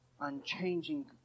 unchanging